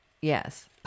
Yes